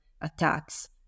attacks